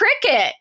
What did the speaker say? cricket